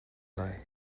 lai